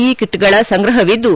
E ಕಿಟ್ಗಳ ಸಂಗ್ರಹವಿದ್ದು